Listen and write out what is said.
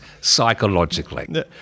psychologically